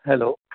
hello